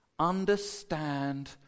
understand